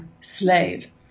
slave